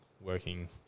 Working